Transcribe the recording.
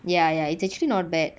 ya ya it's actually not bad